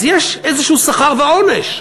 אז יש איזה שכר ועונש.